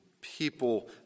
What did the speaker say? people